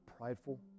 prideful